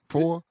Four